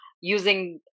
using